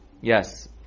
Yes